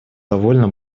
довольно